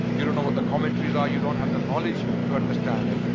you don't know what the commentaries are. you don't have the knowledge to understand it.